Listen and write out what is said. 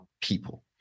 people